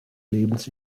lebens